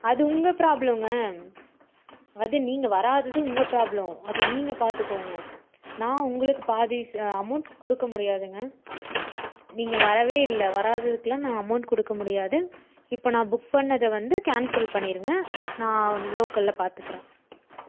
அது உங்கள் ப்ராப்ளம்ங்க அது நீங்கள் வராதது உங்கள் ப்ராப்ளம் அதை நீங்கள் பாத்துக்கங்க நான் உங்களுக்கு பாதி அமவுண்ட் கொடுக்க முடியாதுங்க நீங்கள் வரவே இல்லை வராததுக்கெல்லாம் நான் அமவுண்ட் கொடுக்க முடியாது இப்போ நான் புக் பண்ணதை வந்து கேன்சல் பண்ணிடுங்க நான் லோக்கலில் பாத்துக்கிறேன்